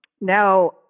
now